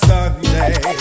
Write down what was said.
Sunday